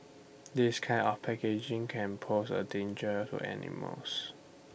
this kind of packaging can pose A danger to animals